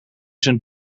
zijn